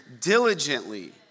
diligently